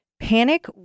panic